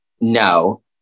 no